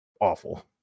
awful